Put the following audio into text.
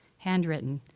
hand written,